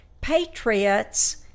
patriots